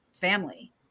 family